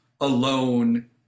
alone